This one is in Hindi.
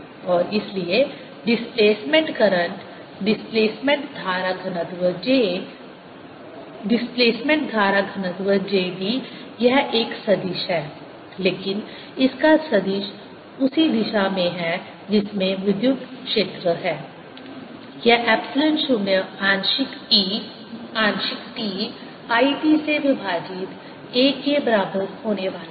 और इसलिए डिस्प्लेसमेंट करंट डिस्प्लेसमेंट धारा घनत्व j डिस्प्लेसमेंट धारा घनत्व jd यह एक सदिश है लेकिन इसका सदिश उसी दिशा में है जिसमें विद्युत क्षेत्र है यह एप्सिलॉन 0 आंशिक E आंशिक t It से विभाजित a के बराबर होने वाला है